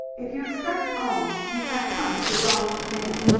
if you expect alms, you have come to the wrong man.